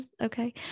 Okay